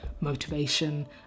motivation